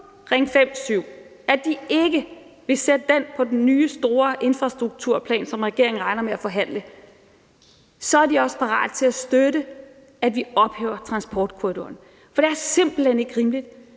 at de ikke vil sætte den på den nye store infrastrukturplan, som regeringen regner med at forhandle, så er de også parat til at støtte, at vi ophæver transportkorridoren. Kl. 19:02 For det er simpelt hen ikke rimeligt